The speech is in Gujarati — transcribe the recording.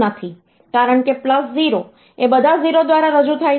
કારણ કે પ્લસ 0 એ બધા 0 દ્વારા રજૂ થાય છે